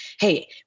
hey